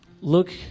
look